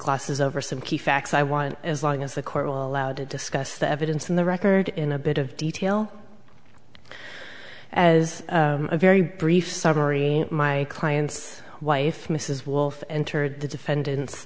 class is over some key facts i want as long as the court will allow to discuss the evidence in the record in a bit of detail as a very brief summary my client's wife mrs wolf entered the defendant's